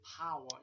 power